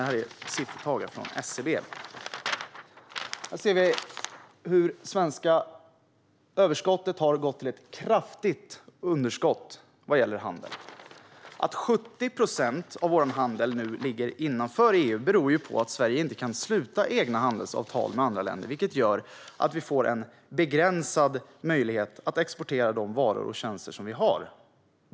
Jag har med mig siffror från SCB som visar hur handeln har gått från ett överskott till ett kraftigt underskott. Att 70 procent av vår handel nu är innanför EU beror på att Sverige inte kan sluta egna handelsavtal med andra länder, vilket gör att vi får en begränsad möjlighet att exportera våra varor och tjänster.